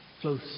close